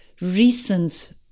recent